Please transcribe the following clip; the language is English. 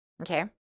Okay